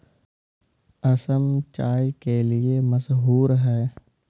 असम चाय के लिए मशहूर है